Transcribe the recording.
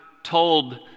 Told